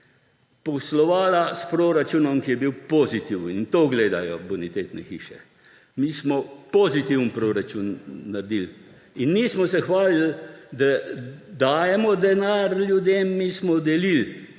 poslovala s proračunom, ki je bil pozitiven. In to gledajo bonitetne hiše. Mi smo pozitivni proračun naredili in nismo se hvalili, da dajemo denar ljudem, mi smo delili